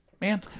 man